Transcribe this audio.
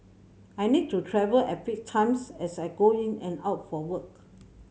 I need to travel at fixed times as I go in and out for work